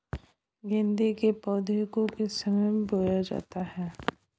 गेंदे के पौधे को किस समय बोया जाता है?